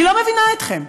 אני לא מבינה אתכם.